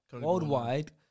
worldwide